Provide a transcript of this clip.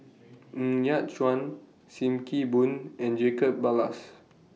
Ng Yat Chuan SIM Kee Boon and Jacob Ballas